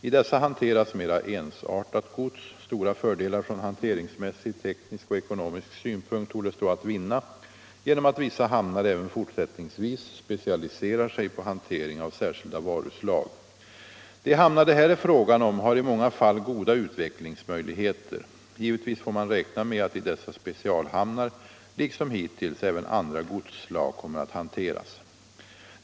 I dessa hanteras mera ensartat gods. Stora fördelar från hanteringsmässig, teknisk och ekonomisk synpunkt torde stå att vinna genom att vissa hamnar även fortsättningsvis specialiserar sig på hantering av särskilda varuslag. De hamnar det här är fråga om har i många fall goda utvecklingsmöjligheter. Givetvis får man räkna med att i dessa specialhamnar liksom hittills även andra godsslag kommer att hanteras.